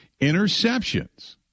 Interceptions